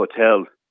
Hotel